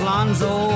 Lonzo